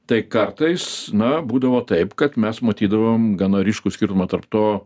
tai kartais na būdavo taip kad mes matydavom gana ryškų skirtumą tarp to